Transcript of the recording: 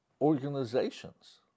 organizations